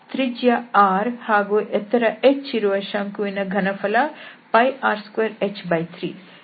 ತ್ರಿಜ್ಯ r ಮತ್ತು ಎತ್ತರ h ಇರುವ ಶಂಕುವಿನ ಘನಫಲ r2h3